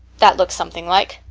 that looks something like.